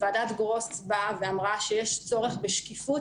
ועדת גרוס באה ואמרה שיש צורך בשקיפות